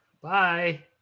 bye